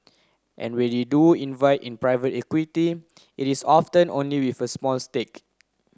and when they do invite in private equity it is often only with a small stake